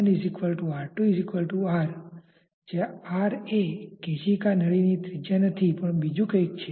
તેથી જો R1 R2 r જ્યા r એ કેશિકા નળી ની ત્રિજ્યા નથી પણ બીજુ કઇક છે